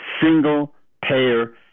single-payer